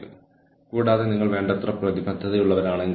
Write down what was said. ചില ആളുകൾ കൂടുതൽ സ്വയംഭരണാധികാരമുള്ളവരാണ്